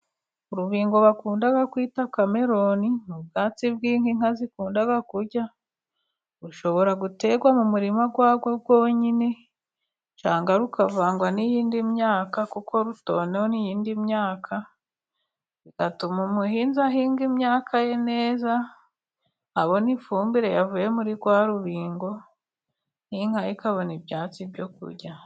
Urubingo bakunda kwita kameroni, ni ubwatsi bw'inka inka zikunda kurya, bushobora guterwa mu murima warwo rwonyine, rukavangwa n'iyindi myaka kuko rutonona indi myaka, bigatuma umuhinzi ahinga imyaka ye neza, abona ifumbire yavuye muri rwa rubingo, inka ikabona ibyatsi byo kurya.